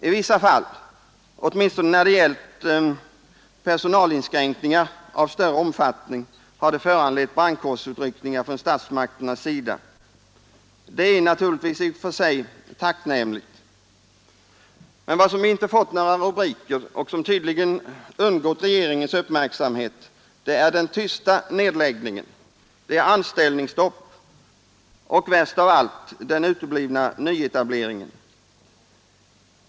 I vissa fall, åtminstone när det gällt personalinskränkningar av större omfattning, har det föranlett brandkårsutryckningar från statsmakternas sida. Det är naturligtvis i och för sig tacknämligt. Men vad som inte fått några rubriker och som tydligen undgått regeringens uppmärksamhet är den tysta nedläggningen: anställningsstopp och, värst av allt, den uteblivna nyetableringen.